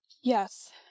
Yes